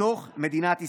בתוך מדינת ישראל.